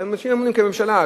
כממשלה,